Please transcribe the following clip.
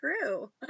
true